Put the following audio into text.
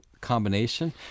combination